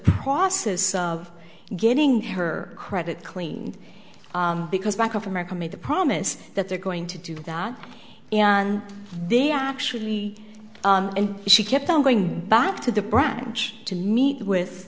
process of getting her credit cleaned because bank of america made the promise that they're going to do that and they actually and she kept on going back to the branch to meet with